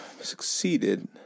succeeded